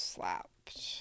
Slapped